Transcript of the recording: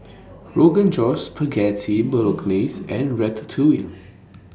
Rogan Josh Spaghetti Bolognese and Ratatouille